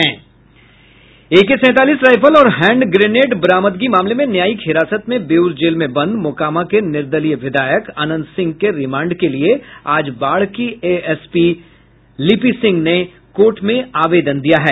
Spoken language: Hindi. एके सैंतालीस राइफल और हैंड ग्रेनेड बरामदगी मामले में न्यायिक हिरासत में बेऊर जेल में बंद मोकामा के निर्दलीय विधायक अनंत सिंह के रिमांड के लिए आज बाढ़ की एएसपी लिपि सिंह ने कोर्ट में आवेदन दिया है